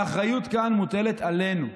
האחריות כאן מוטלת עלינו,